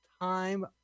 Time